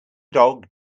dog